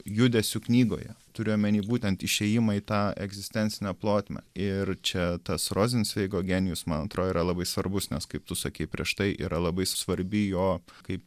judesiu knygoje turiu omeny būtent išėjimą į tą egzistencinę plotmę ir čia tas rozencveigo genijus man atrodo yra labai svarbus nes kaip tu sakei prieš tai yra labai svarbi jo kaip